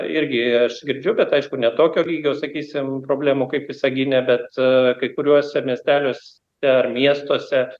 irgi aš girdžiu bet aišku ne tokio lygio sakysim problemų kaip visagine bet kai kuriuose miesteliuose ar miestuose